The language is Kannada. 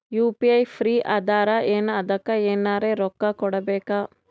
ಯು.ಪಿ.ಐ ಫ್ರೀ ಅದಾರಾ ಏನ ಅದಕ್ಕ ಎನೆರ ರೊಕ್ಕ ಕೊಡಬೇಕ?